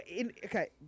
Okay